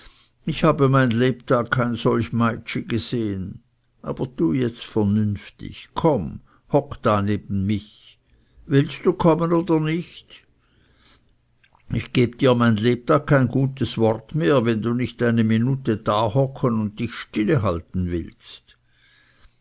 ich habe mein lebtag kein solch meitschi gesehen aber tue jetzt vernünftig komm hock da neben mich willst du kommen oder nicht ich gebe dir mein lebtag kein gutes wort mehr wenn du nicht eine minute da hocken und dich stille halten willst